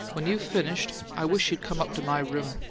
when you've finished i wish you'd come up to my room.